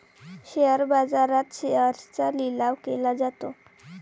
share बाजारात शेअर्सचा लिलाव केला जातो